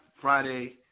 Friday